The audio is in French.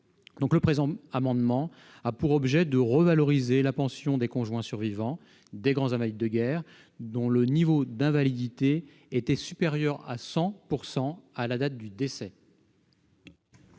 Le présent amendement a pour objet de revaloriser la pension des conjoints survivants des grands invalides de guerre dont le niveau d'invalidité était supérieur à 100 % à la date du décès.